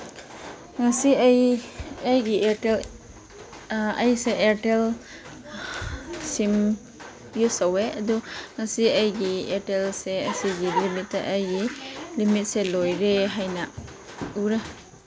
ꯉꯁꯤ ꯑꯩ ꯑꯩꯒꯤ ꯏꯌꯥꯔꯇꯦꯜ ꯑꯩꯁꯦ ꯏꯌꯥꯔꯇꯦꯜ ꯁꯤꯝ ꯌꯨꯁ ꯇꯧꯋꯦ ꯑꯗꯨ ꯉꯁꯤ ꯑꯩꯒꯤ ꯏꯌꯥꯔꯇꯦꯜꯁꯦ ꯑꯁꯤꯒꯤ ꯂꯤꯃꯤꯠꯇ ꯑꯩꯒꯤ ꯂꯤꯃꯤꯠꯁꯦ ꯂꯣꯏꯔꯦ ꯍꯥꯏꯅ ꯎꯔꯦ